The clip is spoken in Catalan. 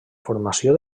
formació